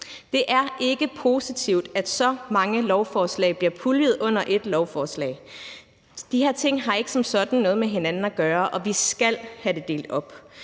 Det er ikke positivt, at så mange lovforslag bliver puljet under ét lovforslag. De her ting har ikke som sådan noget med hinanden at gøre, og vi skal have det delt op.